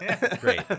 Great